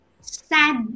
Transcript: sad